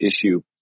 issue